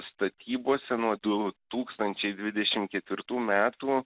statybose nuo du tūkstančiai dvidešimt ketvirtų metų